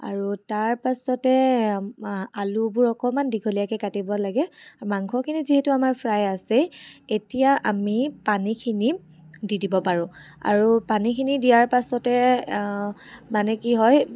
আৰু তাৰপাছতে আলুবোৰ অকণমান দীঘলীয়াকৈ কাটিব লাগে মাংসখিনি যিহেতু আমাৰ ফ্ৰাই আছেই এতিয়া আমি পানীখিনি দি দিব পাৰোঁ আৰু পানীখিনি দিয়াৰ পাছতে মানে কি হয়